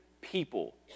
people